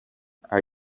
are